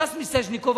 וסטס מיסז'ניקוב.